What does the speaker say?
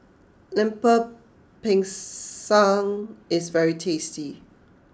Lemper Pisang is very tasty